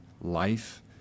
life